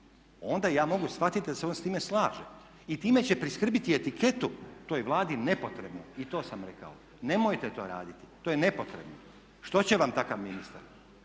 onda ja mogu shvatiti da se on s time slaže i time će priskrbiti etiketu toj Vladi nepotrebno i to sam rekao. Nemojte to raditi, to je nepotrebno. Što će vam takav ministar?